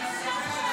--- במה אתה מתעסק?